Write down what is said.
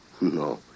No